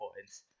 points